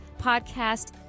podcast